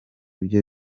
byo